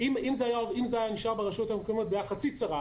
אם זה היה נשאר ברשויות המקומיות זו הייתה חצי צרה.